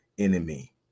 enemy